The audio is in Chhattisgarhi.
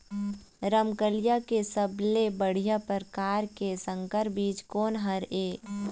रमकलिया के सबले बढ़िया परकार के संकर बीज कोन हर ये?